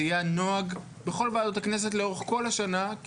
יהיה הנוהג בכל ועדות הכנסת לאורך כל השנה.